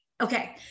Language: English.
Okay